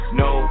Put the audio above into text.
no